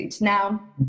now